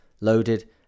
loaded